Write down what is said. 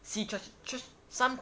see just just some